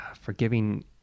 forgiving